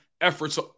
efforts